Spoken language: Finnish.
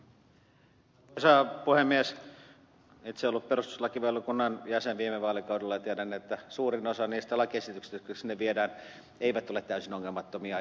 itse olen ollut perustuslakivaliokunnan jäsen viime vaalikaudella ja tiedän että suurin osa niistä lakiesityksistä jotka sinne viedään ei ole täysin ongelmattomia